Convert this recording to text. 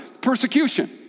persecution